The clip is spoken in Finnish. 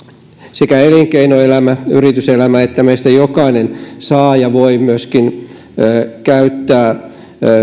sekä elinkeinoelämä yrityselämä että meistä jokainen saa ja voi myöskin käyttää